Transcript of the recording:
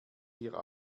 hier